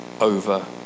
over